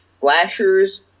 Flasher's